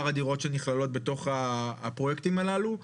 הדירות שנכללות בתוך הפרויקטים הללו.